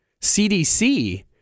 CDC